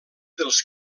dels